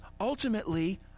ultimately